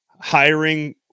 hiring